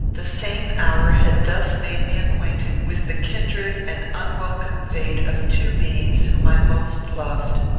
the same hour had thus made me acquainted with the kindred and unwelcome fate of two beings whom i most loved.